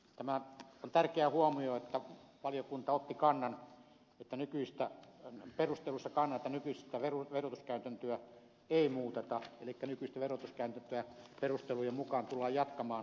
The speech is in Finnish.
tämä on tärkeä huomio että valiokunta otti perusteluissa kannan että nykyistä verotuskäytäntöä ei muuteta elikkä nykyistä verotuskäytäntöä perustelujen mukaan tullaan jatkamaan